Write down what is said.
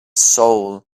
soul